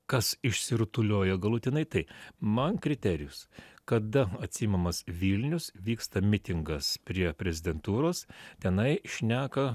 kas išsirutuliojo galutinai taip man kriterijus kada atsiimamas vilnius vyksta mitingas prie prezidentūros tenai šneka